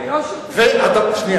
ביושר תגיד,